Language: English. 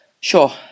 sure